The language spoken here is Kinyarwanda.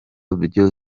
byo